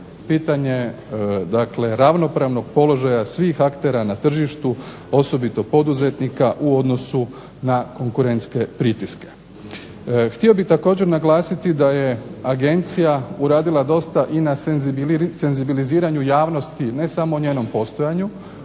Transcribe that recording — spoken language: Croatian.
dakle ravnopravnog položaja svih aktera na tržištu osobito poduzetnika u odnosu na konkurentske pritiske. Htio bih također naglasiti da je Agencija uradila dosta i na senzibiliziranju javnosti ne samo u njenom postojanju